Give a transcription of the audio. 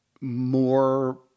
more